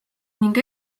ning